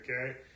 okay